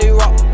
rock